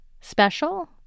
special